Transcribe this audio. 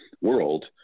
world